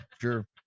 sure